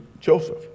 Joseph